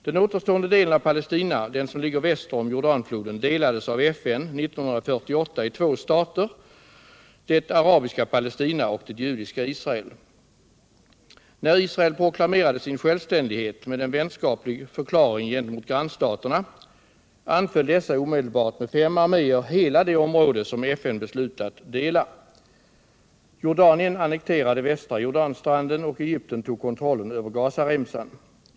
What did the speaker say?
Den återstående delen av Palestina, den som ligger väster om Jordanfloden, delades av FN 1948 i två stater, det arabiska Palestina och det judiska Israel. När Israel proklamerade sin självständighet - med en vänskaplig förklaring gentemot grannstaterna — anföll dessa omedelbart med fem arméer hela det område, som FN beslutat dela. Jordanien annekterade västra Jordanstranden och Egypten tog kontrollen över Gazaremsan.